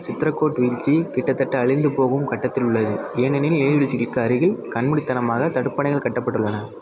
சித்ரகோட் வீழ்ச்சி கிட்டத்தட்ட அழிந்துபோகும் கட்டத்தில் உள்ளது ஏனெனில் நீர்வீழ்ச்சிகளுக்கு அருகில் கண்மூடித்தனமாக தடுப்பணைகள் கட்டப்பட்டுள்ளன